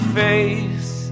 face